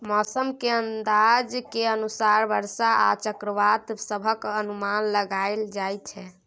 मौसम के अंदाज के अनुसार बरसा आ चक्रवात सभक अनुमान लगाइल जाइ छै